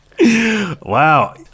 Wow